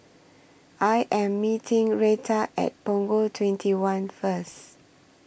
I Am meeting Reta At Punggol twenty one First